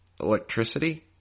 electricity